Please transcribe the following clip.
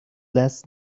less